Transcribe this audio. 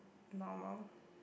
normal